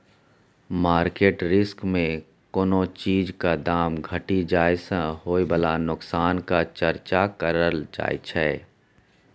market risk मे कोनो चीजक दाम घटि जाइ सँ होइ बला नोकसानक चर्चा करल जाइ छै